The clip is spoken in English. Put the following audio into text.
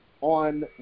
on